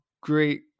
great